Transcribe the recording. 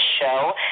show